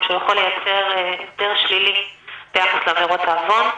שהוא יכול לייצר הסדר שלילי ביחס לעבירות העוון.